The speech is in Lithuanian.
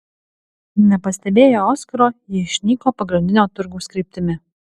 nepastebėję oskaro jie išnyko pagrindinio turgaus kryptimi